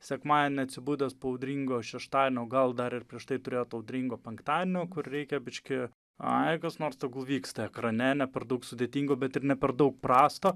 sekmadienį atsibudęs po audringo šeštadienio gal dar ir prieš tai turėjot audringo penktadienio kur reikia biškį ai kas nors tegul vyksta ekrane ne per daug sudėtingo bet ir ne per daug prasto